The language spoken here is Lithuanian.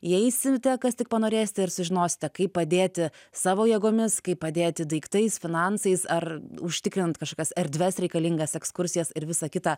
įeisite kas tik panorėsite ir sužinosite kaip padėti savo jėgomis kaip padėti daiktais finansais ar užtikrint kažkokias erdves reikalingas ekskursijas ir visa kitą